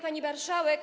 Pani Marszałek!